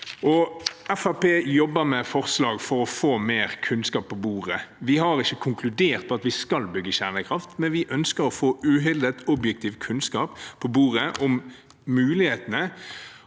jobber med forslag for å få mer kunnskap på bordet. Vi har ikke konkludert med at vi skal bygge kjernekraft, men vi ønsker å få uhildet, objektiv kunnskap på bordet om mulighetene